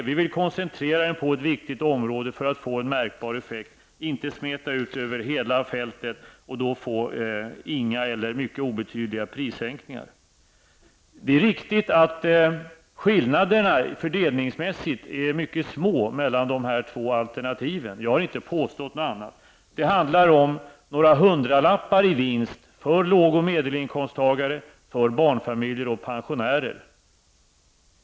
Vi vill koncentrera sänkningen på ett viktigt område för att få en märkbar effekt, inte smeta ut den över hela fältet, för då blir det inga eller mycket obetydliga prissänkningar. Det är riktigt att skillnaderna fördelningsmässigt är mycket små mellan dessa två alternativ -- jag har inte påstått någonting annat. Det handlar om några hundralappar i vinst för låg och medelinkomsttagare, för barnfamiljer och pensionärer.